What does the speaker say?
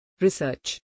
Research